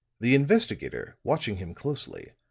the investigator, watching him closely,